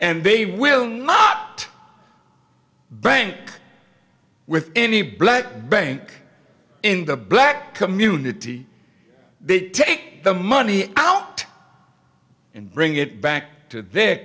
and they will not bank with any black bank in the black community they take the money out and bring it back to their